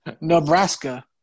Nebraska